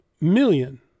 million